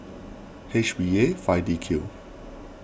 H B A five D Q